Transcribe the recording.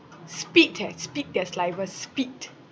spit like spit their saliva spit